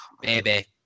Baby